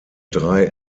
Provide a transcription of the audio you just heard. drei